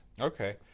Okay